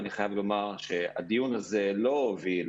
אני חייב לומר שהדיון הזה לא הוביל